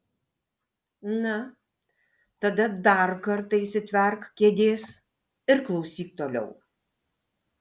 na tada dar kartą įsitverk kėdės ir klausyk toliau